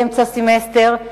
באמצע סמסטר,